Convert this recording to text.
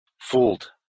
fooled